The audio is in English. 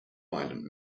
violent